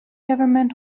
government